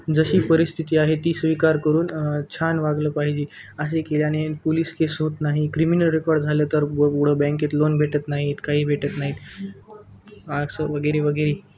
जशी परिस्थिती आहे ती स्वीकार करून छान वागलं पाहिजे असे केल्याने पुलीस केस होत नाही क्रिमिनल रेकॉर्ड झालं तर पुढं बँकेत लोन भेटत नाहीत काही भेटत नाहीत असं वगैरे वगैरे